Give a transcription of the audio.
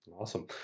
Awesome